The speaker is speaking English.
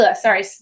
sorry